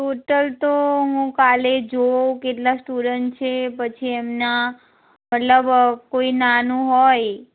total તો હું કાલે જોઉં કેટલા સ્ટુડન્ટ છે પછી એમના મતલબ કોઈ નાનું હોય